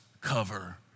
cover